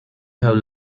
have